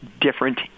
different